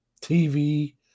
TV